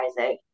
Isaac